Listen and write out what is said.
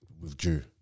withdrew